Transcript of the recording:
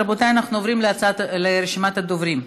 רבותיי, אנחנו עוברים לרשימת הדוברים: